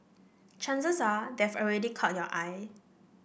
chances are they've already caught your eye